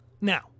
Now